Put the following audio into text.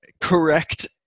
correct